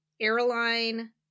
airline